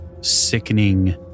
sickening